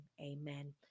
amen